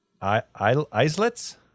Islets